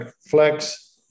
Flex